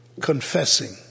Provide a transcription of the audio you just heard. Confessing